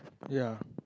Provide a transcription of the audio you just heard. ya